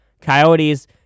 Coyotes